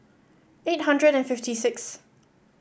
eight hundred and fifty sixth